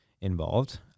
involved